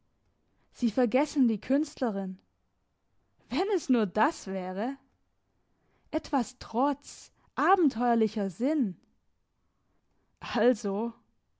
sie vergessen die künstlerin wenn es nur das wäre etwas trotz abenteuerlicher